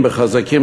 בחזקים,